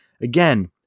Again